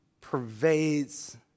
pervades